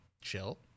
chill